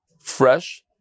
fresh